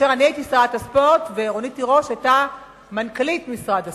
כאשר אני הייתי שרת הספורט ורונית תירוש היתה מנכ"לית משרד הספורט.